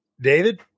David